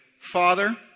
Father